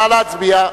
נא להצביע.